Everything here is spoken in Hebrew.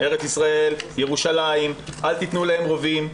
ארץ ישראל, ירושלים, אל תתנו להם רובים.